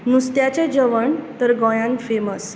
नुस्त्याचें जेवण तर गोंयांत फेमस